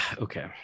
Okay